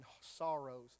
sorrows